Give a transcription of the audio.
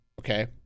Okay